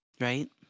right